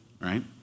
right